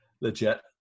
legit